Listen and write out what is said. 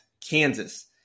Kansas